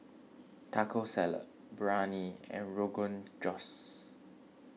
Taco Salad Biryani and Rogan Josh